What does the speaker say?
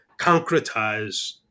concretize